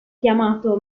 chiamato